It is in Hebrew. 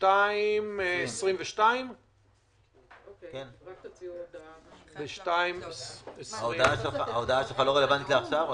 בשעה 14:22. ההודעה שלך לא רלוונטית לעכשיו?